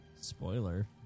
Spoiler